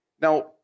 Now